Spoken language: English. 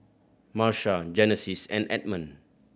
Marsha Genesis and Edmond